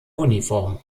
uniform